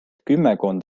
kümmekond